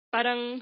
Parang